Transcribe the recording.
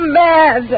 mad